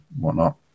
whatnot